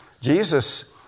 Jesus